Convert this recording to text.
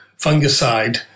fungicide